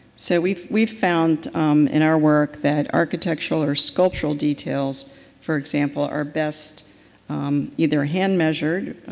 so we've we've found in our work that architectural or sculptural details for example our best either hand measured